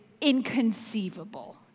inconceivable